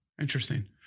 Interesting